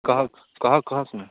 कहऽ कहक कहक ने